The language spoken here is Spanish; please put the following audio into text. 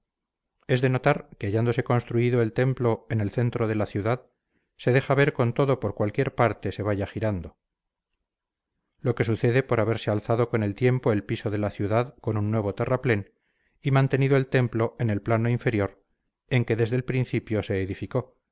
es de notar que hallándose construido el templo en el centro de la ciudad se deja ver con todo por cualquier parte se vaya girando lo que sucede por haberse alzado con el tiempo el piso de la ciudad con un nuevo terraplén y mantenido el templo en el plano inferior en que desde el principio se edificó